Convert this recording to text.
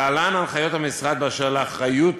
להלן הנחיות המשרד אשר לאחריות